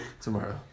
Tomorrow